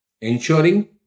Ensuring